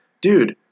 dude